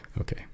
okay